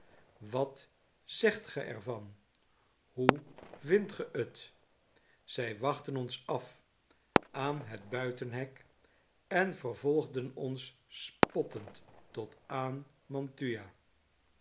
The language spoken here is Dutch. wat zegt ge er van hoe vindtge't zij wachtten ons af aan het buitenhek en vervolgden ons spottend tot aan